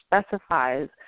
specifies